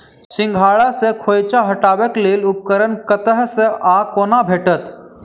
सिंघाड़ा सऽ खोइंचा हटेबाक लेल उपकरण कतह सऽ आ कोना भेटत?